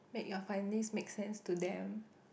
make your findings make sense to them